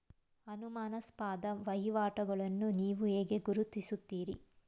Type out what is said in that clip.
ಅನುಮಾನಾಸ್ಪದ ವಹಿವಾಟುಗಳನ್ನು ನೀವು ಹೇಗೆ ಗುರುತಿಸುತ್ತೀರಿ?